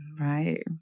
Right